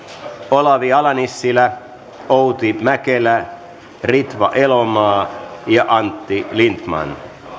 olavi ala nissilä outi mäkelä ritva elomaa ja antti lindtman